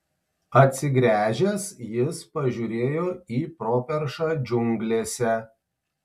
atsigręžęs jis pažiūrėjo į properšą džiunglėse